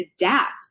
adapt